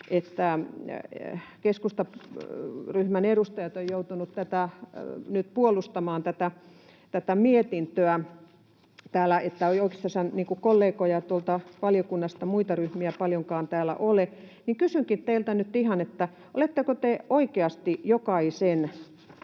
että keskustaryhmän edustajat ovat joutuneet nyt puolustamaan tätä mietintöä täällä — oikeastaan ei kollegoja tuolta valiokunnan muista ryhmistä paljonkaan täällä ole, niin kysynkin teiltä nyt ihan, että oletteko te oikeasti jokaisen